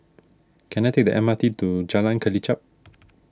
can I take the M R T to Jalan Kelichap